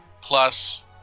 plus